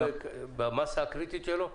במסה הקריטית שלו?